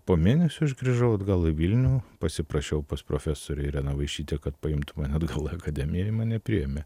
po mėnesio aš grįžau atgal į vilnių pasiprašiau pas profesorę ireną vaišytę kad paimtų mane atgal į akademiją ir mane priemė